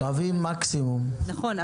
נכון,